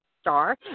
star